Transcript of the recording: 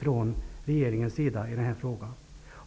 från regeringens sida i den här frågan.